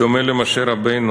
בדומה למשה רבנו,